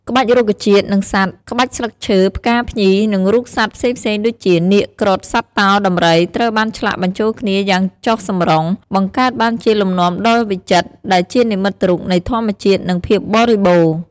ក្បាច់រុក្ខជាតិ និងសត្វ ក្បាច់ស្លឹកឈើ ផ្កា ភ្ញី និងរូបសត្វផ្សេងៗដូចជា នាគ គ្រុឌ សត្វតោ ដំរី ត្រូវ បានឆ្លាក់បញ្ចូលគ្នាយ៉ាងចុះសម្រុង បង្កើតបានជាលំនាំដ៏វិចិត្រ ដែលជានិមិត្តរូបនៃធម្មជាតិ និងភាពបរិបូរណ៌។